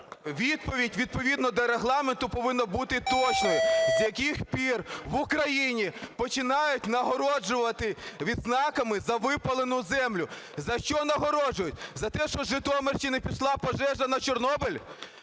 відповідь відповідно до Регламенту повинна бути точною: з яких пір в Україні починають нагороджувати відзнаками за випалену землю? За що нагороджують? За те, що з Житомирщини пішла пожежа на Чорнобиль?